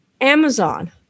Amazon